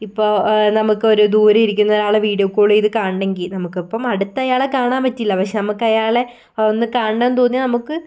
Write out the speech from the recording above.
ഇപ്പം നമുക്ക് ഒരു ദൂരെ ഇരിക്കുന്ന ആളെ വീഡിയോ കോൾ ചെയ്ത് കാണണമെങ്കിൽ നമുക്കിപ്പം അടുത്ത് അയാളെ കാണാൻ പറ്റില്ല പക്ഷെ നമുക്ക് അയാളെ ഒന്ന് കാണണം എന്ന് തോന്നിയാൽ നമുക്ക്